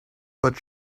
but